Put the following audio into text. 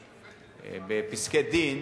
בפסקי-דין,